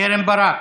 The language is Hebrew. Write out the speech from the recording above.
קרן ברק.